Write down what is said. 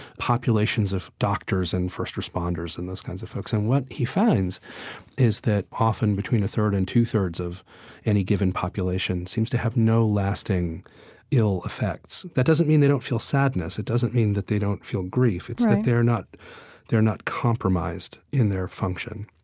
populations of doctors and first responders and those kind of folks. and what he finds is that often between a third and two-thirds of any given population it seems to have no lasting ill effects. that doesn't mean they don't feel sadness. it doesn't mean that they don't feel grief. it's that they're not they're not compromised in their function.